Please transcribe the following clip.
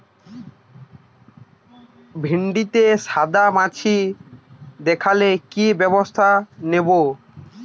ভিন্ডিতে সাদা মাছি দেখালে কি ব্যবস্থা নেবো?